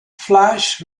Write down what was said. flash